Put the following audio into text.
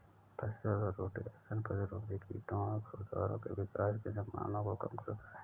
फसल रोटेशन प्रतिरोधी कीटों और खरपतवारों के विकास की संभावना को कम करता है